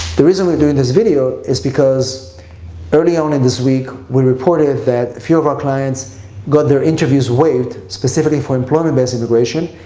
the reason we're doing this video is because early on in this week, we reported that a few of our clients got their interviews waived specifically for employment-based immigration,